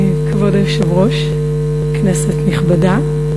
כבוד היושב-ראש, כנסת נכבדה,